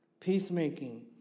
Peacemaking